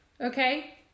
Okay